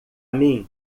mim